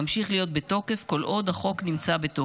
ממשיך להיות בתוקף כל עוד החוק בתוקף.